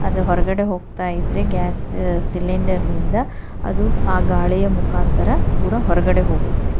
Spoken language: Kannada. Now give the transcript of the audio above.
ಅದು ಹೊರಗಡೆ ಹೋಗ್ತಾಯಿದ್ರೆ ಗ್ಯಾಸ್ ಸಿಲಿಂಡರ್ನಿಂದ ಅದು ಆ ಗಾಳಿಯ ಮುಖಾಂತರ ಪೂರಾ ಹೊರಗಡೆ ಹೋಗುತ್ತೆ